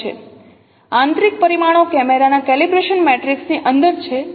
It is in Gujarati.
આંતરિક પરિમાણો કેમેરાના કેલિબ્રેશન મેટ્રિક્સ ની અંદર છે